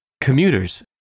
commuters